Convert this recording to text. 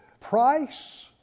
Price